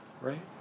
Right